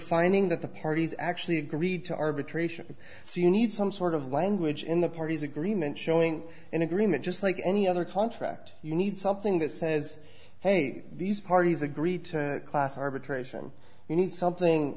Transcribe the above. finding that the parties actually agreed to arbitration so you need some sort of language in the parties agreement showing an agreement just like any other contract you need something that says hey these parties agree to class arbitration you need something